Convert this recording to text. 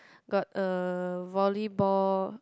got a volleyball